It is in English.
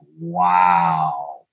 wow